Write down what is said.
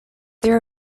there